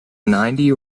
ninety